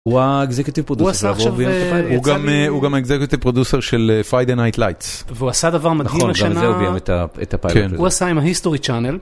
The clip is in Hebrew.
הוא גם האקזקיוטיב פרודוסר של Friday Night Lights והוא עשה דבר מדהים, הוא עשה עם הHistory Channel.